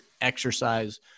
exercise